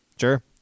Sure